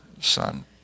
son